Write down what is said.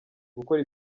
gukora